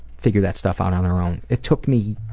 figure that stuff on on our own. it took me